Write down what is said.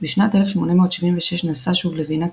בשנת 1876 נסע שוב לווינה,